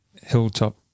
Hilltop